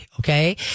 Okay